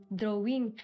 drawing